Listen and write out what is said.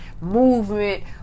movement